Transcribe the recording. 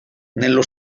nello